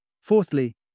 Fourthly